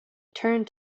turned